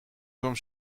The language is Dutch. kwam